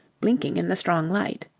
blinking in the strong light.